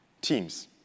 teams